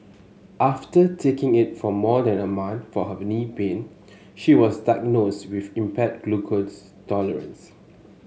after taking it for more than a month for her knee pain she was diagnosed with impaired glucose tolerance